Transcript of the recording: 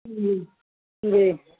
جی یہ